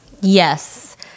Yes